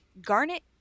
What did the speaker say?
garnet